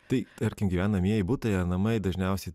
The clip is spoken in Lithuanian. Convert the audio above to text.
tai tarkim gyvenamieji butai namai dažniausiai